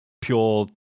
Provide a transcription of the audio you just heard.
pure